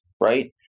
right